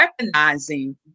recognizing